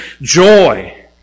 joy